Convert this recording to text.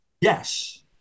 Yes